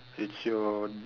it's your